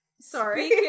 Sorry